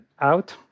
out